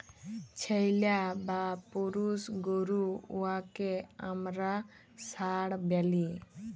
ছেইল্যা বা পুরুষ গরু উয়াকে আমরা ষাঁড় ব্যলি